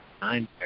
nine